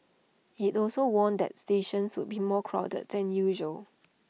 IT also warned that stations would be more crowded than usual